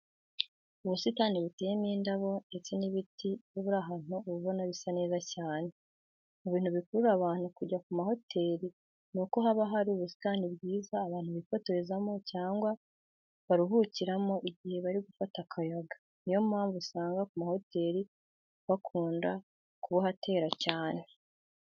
Ubusitani buteyemo indabo ndetse n'ibiti iyo buri ahantu uba ubona bisa neza cyane. Mu bintu bikururira abantu kujya ku mahoteri ni uko haba hari n'ubusitani bwiza abantu bifotorezamo cyangwa baruhukiramo igihe bari gufata akayaga. Niyo mpamvu usanga ku mahoteri bakunda kubuhatera cyane.